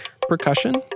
percussion